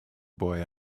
boy